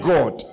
God